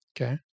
Okay